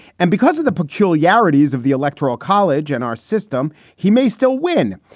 and because of the peculiarities of the electoral college and our system, he may still win.